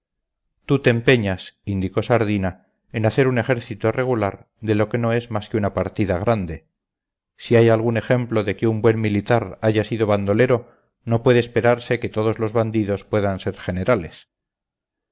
tú te empeñas indicó sardina en hacer un ejército regular de lo que no es más que una partida grande si hay algún ejemplo de que un buen militar haya sido bandolero no puede esperarse que todos los bandidos puedan ser generales